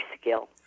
skill